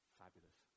fabulous